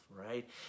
right